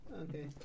Okay